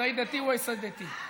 סיידאתי וסאדאתי.